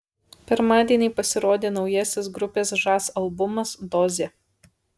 pirmadienį pasirodė naujasis grupės žas albumas dozė